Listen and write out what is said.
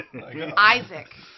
Isaac